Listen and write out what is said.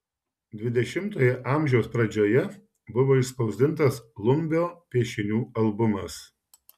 dvidešimtojo amžiaus pradžioje buvo išspausdintas lumbio piešinių albumas